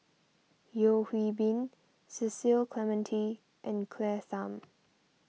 Yeo Hwee Bin Cecil Clementi and Claire Tham